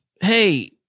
Hey